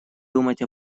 думать